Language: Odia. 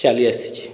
ଚାଲି ଆସିଛି